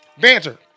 Banter